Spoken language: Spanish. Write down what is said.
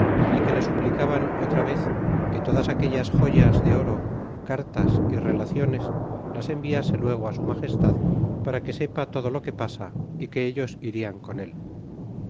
y que le suplicaban otra vez que todas aquellas joyas de oro cartas y relaciones las enviase luego su magestad para que sepa todo lo que pasa y que ellos frian con él